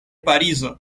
parizo